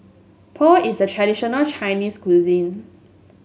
pho is a traditional Chinese cuisine